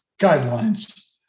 guidelines